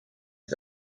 het